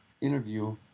interview